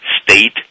State